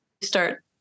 start